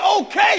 okay